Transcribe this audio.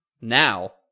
now